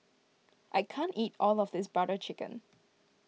I can't eat all of this Butter Chicken